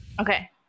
Okay